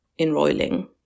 enrolling